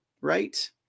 right